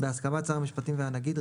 בהסכמת שר המשפטים והנגיד,